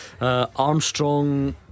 Armstrong